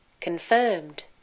Confirmed